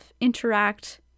interact